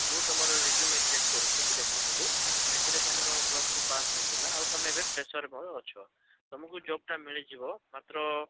ମୁଁ ତମର resume check କରୁଥିଲି ଦେଖୁଥିଲି ସେଥିରେ ତମର ପ୍ଲସ୍ ଟୁ ପାସ୍ ହେଇଥିଲା ଆଉ ତମେ ଏବେ ଫ୍ରେଶର୍ ଭାବେ ଅଛ ତମକୁ ଜବ୍ଟା ମିଳିଯିବ ମାତ୍ର